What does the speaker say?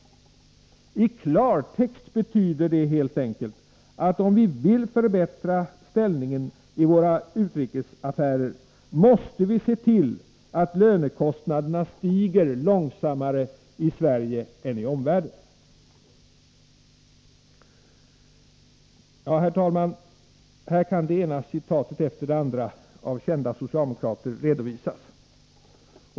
I klartext betyder det helt enkelt, att om vi vill förbättra ställningen i våra utrikesaffärer måste vi se till att lönekostnaderna stiger långsammare i Sverige än i omvärlden.” Herr talman! Här kan det ena citatet efter det andra av kända socialdemokrater redovisas.